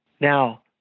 Now